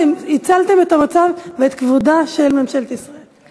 אתם הצלתם את המצב ואת כבודה של ממשלת ישראל.